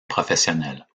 professionnels